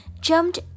jumped